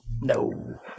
no